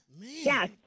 Yes